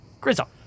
Grizzle